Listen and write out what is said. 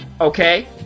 Okay